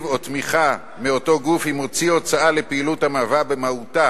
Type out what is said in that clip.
התקציב או התמיכה מאותו גוף אם הוציא הוצאה לפעילות המהווה במהותה